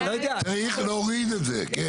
צריך להוריד את זה, כן.